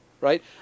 Right